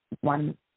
one